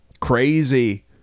crazy